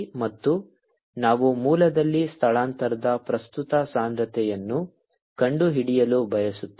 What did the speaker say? ಮತ್ತು ನಾವು ಮೂಲದಲ್ಲಿ ಸ್ಥಳಾಂತರದ ಪ್ರಸ್ತುತ ಸಾಂದ್ರತೆಯನ್ನು ಕಂಡುಹಿಡಿಯಲು ಬಯಸುತ್ತೇವೆ